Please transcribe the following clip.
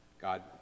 God